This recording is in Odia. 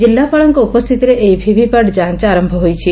କିଲ୍ଲପାଳଙ୍କ ଉପସ୍ଥିତିରେ ଏହି ଭିଭିପାଟ୍ ଯାଞ ଆର ହୋଇଛି